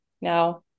now